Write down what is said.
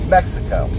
Mexico